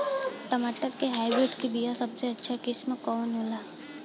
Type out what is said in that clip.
टमाटर के हाइब्रिड क बीया सबसे अच्छा किस्म कवन होला?